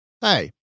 hey